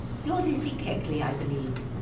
you are lizzie keckley, i believe.